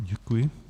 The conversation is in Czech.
Děkuji.